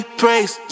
praise